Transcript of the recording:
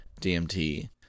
DMT